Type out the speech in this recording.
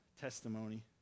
testimony